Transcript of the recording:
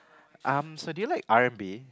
um so do you like R-and-B